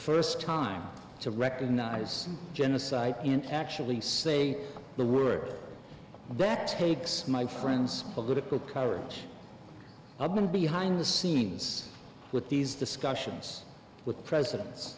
first time to recognize genocide and actually say the world that takes my friends political coverage i've been behind the scenes with these discussions with presidents